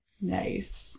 Nice